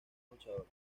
luchador